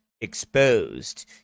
exposed